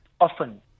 often